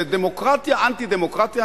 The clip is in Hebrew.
זאת דמוקרטיה אנטי-דמוקרטיה,